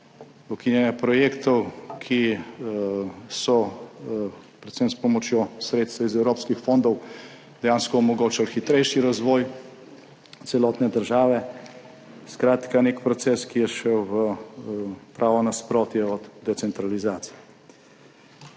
ukinjanje projektov, ki so predvsem s pomočjo sredstev iz evropskih fondov dejansko omogočili hitrejši razvoj celotne države. Skratka nek proces, ki je šel v pravo nasprotje od decentralizacije.